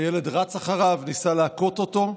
הילד רץ אחריו, ניסה להכות אותו,